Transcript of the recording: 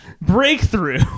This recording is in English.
Breakthrough